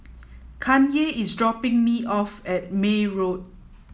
Kanye is dropping me off at May Road